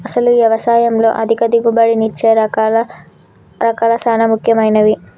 అసలు యవసాయంలో అధిక దిగుబడినిచ్చే రకాలు సాన ముఖ్యమైనవి